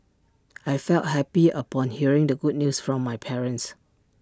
I felt happy upon hearing the good news from my parents